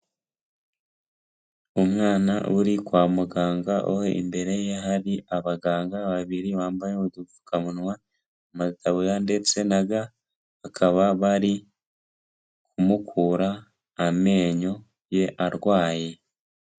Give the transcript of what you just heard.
Umwana uri kwa muganga aho imbere ye hari abaganga babiri bambaye udupfukamunwa, amatabuya ndetse na ga bakaba bari kumukura amenyo ye arwaye.